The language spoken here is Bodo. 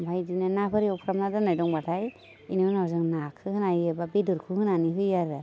ओमफ्राय बिदिनो नाफोर एवफ्रामना दोननाय दंबाथाय बेनि उनाव जों नाखौ होनाय एबा बेदरखौ होनानै होयो आरो